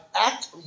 Act